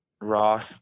Ross